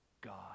God